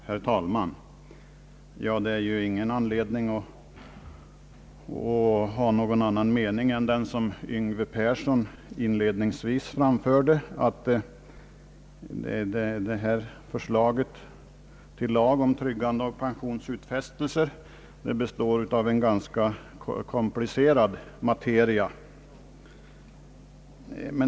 Herr talman! Det finns ingen anledning att ha någon annan mening än den som herr Yngve Persson inledningsvis framförde, nämligen att det här förslaget till lag om tryggande av pensionsutfästelser består av en rätt komplicerad materia.